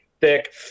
thick